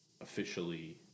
officially